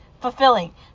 fulfilling